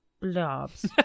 blobs